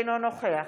אינו נוכח